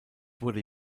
wurde